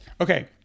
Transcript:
Okay